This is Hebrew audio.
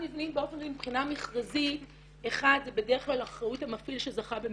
מבחינה מכרזית זה בדרך כלל אחריות המפעיל שזכה במכרז,